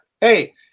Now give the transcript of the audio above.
hey